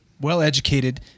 well-educated